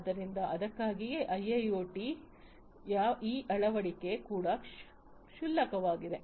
ಆದ್ದರಿಂದ ಅದಕ್ಕಾಗಿಯೇ ಐಐಓಟಿ ಯ ಈ ಅಳವಡಿಕೆ ಕೂಡ ಕ್ಷುಲ್ಲಕವಾಗಿದೆ